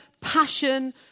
passion